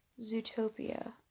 Zootopia